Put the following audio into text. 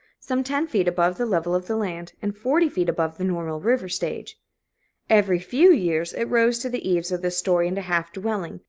some ten feet above the level of the land, and forty feet above the normal river stage every few years it rose to the eaves of this story-and-a-half dwelling,